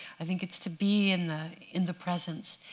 i think it's to be in the in the presence.